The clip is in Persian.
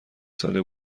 ساله